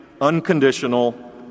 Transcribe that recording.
unconditional